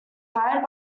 hired